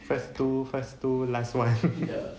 first two first two last one